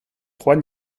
trois